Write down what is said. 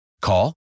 Call